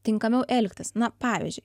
tinkamiau elgtis na pavyzdžiui